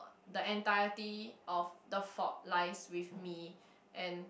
the entirety of the fault lies with me and